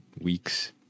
weeks